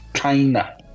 China